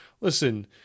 listen